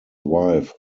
wife